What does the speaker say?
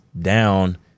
down